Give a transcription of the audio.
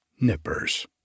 nippers